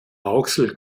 rauxel